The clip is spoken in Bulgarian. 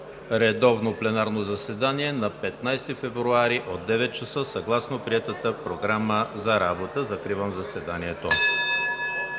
редовно пленарно заседание е на 15 февруари 2019 г., от 9,00 ч., съгласно приетата Програма за работа. Закривам заседанието.